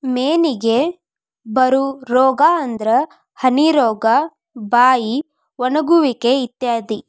ಮೇನಿಗೆ ಬರು ರೋಗಾ ಅಂದ್ರ ಹನಿ ರೋಗಾ, ಬಾಯಿ ಒಣಗುವಿಕೆ ಇತ್ಯಾದಿ